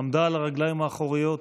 עמדה על הרגליים האחוריות